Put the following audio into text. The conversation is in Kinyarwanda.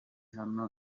hano